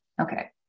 Okay